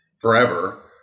forever